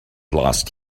last